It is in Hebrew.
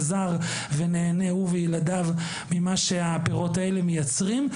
נעזרים ונהנים ממה שהפירות האלה מייצרים.